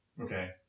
okay